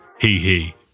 hee-hee